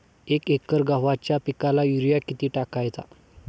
एक एकर गव्हाच्या पिकाला युरिया किती टाकायचा?